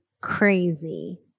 crazy